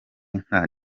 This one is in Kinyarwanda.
nka